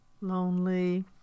lonely